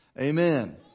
Amen